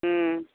ம்